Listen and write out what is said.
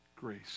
grace